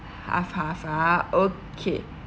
half half ah okay